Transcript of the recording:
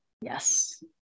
Yes